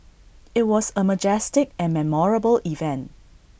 IT was A majestic and memorable event